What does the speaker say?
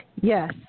Yes